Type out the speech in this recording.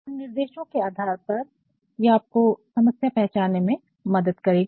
और इन निर्देशों के आधार पर ये आपको समस्या पहचानने में मदद करेगी